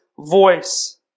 voice